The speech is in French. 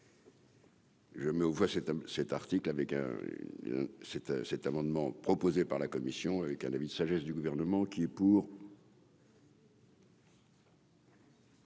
Je mets aux voix cet cet article avec cet cet amendement proposé par la Commission avec un avis de sagesse du gouvernement qui est pour.